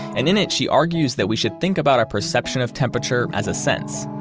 and in it she argues that we should think about our perception of temperature as a sense.